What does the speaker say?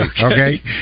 okay